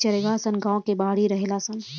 इ चारागाह सन गांव के बाहरी रहेला सन